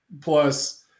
Plus